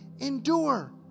endure